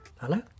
Hello